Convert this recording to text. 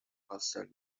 پاستل